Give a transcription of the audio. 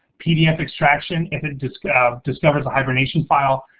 pdf extraction, if it discovers discovers a hibernation file,